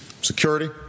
Security